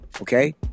Okay